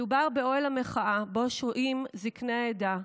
מדובר באוהל מחאה שבו שוהים זקני העדה,